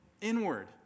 inward